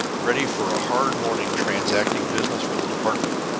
ready for a hard morning transacting business for the department,